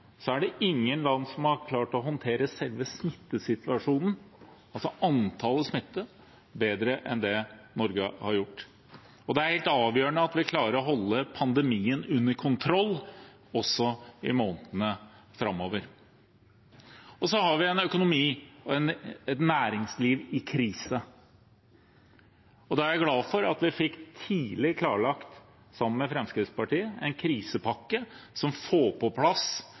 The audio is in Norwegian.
er det ingen land som har klart å håndtere selve smittesituasjonen, altså antall smittede, bedre enn det Norge har gjort. Og det er helt avgjørende at vi klarer å holde pandemien under kontroll også i månedene framover. Så har vi en økonomi og et næringsliv i krise. Da er jeg glad for at vi sammen med Fremskrittspartiet tidlig fikk klarlagt en krisepakke som får på plass